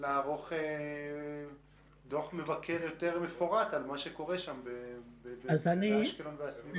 לערוך דוח מבקר יותר מפורט על מה שקורה באשקלון והסביבה.